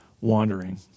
wandering